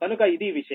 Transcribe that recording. కనుక ఇది విషయం